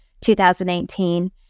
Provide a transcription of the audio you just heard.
2018